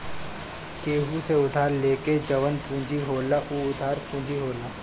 केहू से उधार लेके जवन पूंजी होला उ उधार पूंजी होला